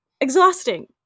Exhausting